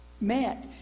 met